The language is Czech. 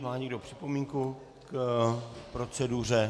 Má někdo připomínku k proceduře?